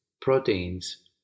proteins